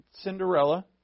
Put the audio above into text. Cinderella